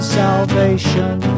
salvation